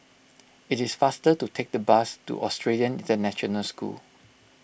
it is faster to take the bus to Australian International School